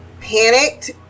panicked